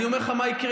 אני אומר לך מה יקרה,